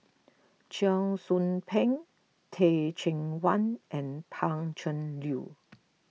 Cheong Soo Pieng Teh Cheang Wan and Pan Cheng Lui